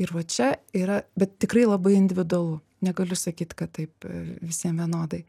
ir va čia yra bet tikrai labai individualu negaliu sakyt kad taip visiem vienodai